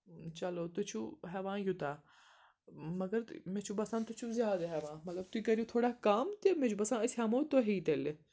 چلو تُہۍ چھُو ہٮ۪وان یوٗتاہ مگر مےٚ چھُ باسان تُہۍ چھُو زیادٕ ہٮ۪وان مطلب تُہۍ کٔرِو تھوڑا کَم تہِ مےٚ چھُ باسان أسۍ ہٮ۪مو تۄہی تیٚلہِ